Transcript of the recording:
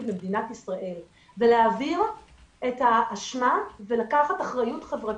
במדינת ישראל ולהעביר את האשמה ולקחת אחריות חברתית.